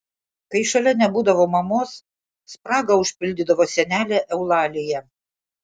kai šalia nebūdavo mamos spragą užpildydavo senelė eulalija